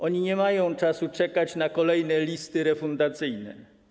One nie mają czasu czekać na kolejne listy refundacyjne.